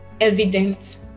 evident